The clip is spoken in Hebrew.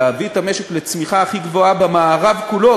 להביא את המשק לצמיחה הכי גבוהה במערב כולו,